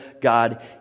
God